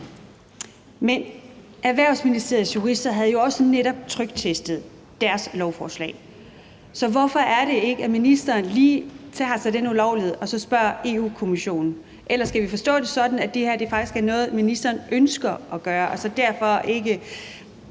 Men Erhvervsministeriets jurister havde jo netop også tryktestet deres lovforslag. Så hvorfor er det, at ministeren ikke lige gør sig den ulejlighed at spørge Europa-Kommissionen? Eller skal vi forstå det sådan, at det her faktisk er noget, ministeren ønsker at gøre, og at ministeren